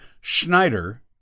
Schneider